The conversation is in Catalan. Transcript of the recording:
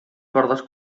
cordes